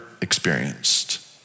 experienced